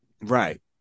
right